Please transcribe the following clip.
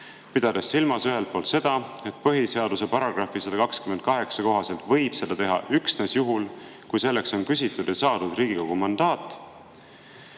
Pean silmas ühelt poolt seda, et põhiseaduse § 128 kohaselt võib seda teha üksnes juhul, kui selleks on küsitud ja saadud Riigikogu mandaat,